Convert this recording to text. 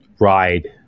ride